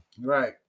Right